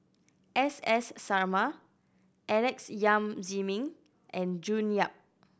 S S Sarma Alex Yam Ziming and June Yap